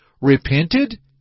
repented